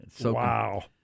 Wow